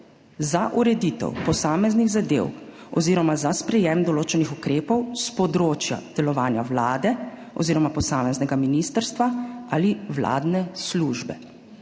za ureditev posameznih zadev oziroma za sprejem določenih ukrepov s področja delovanja Vlade oziroma posameznega ministrstva ali vladne službe.«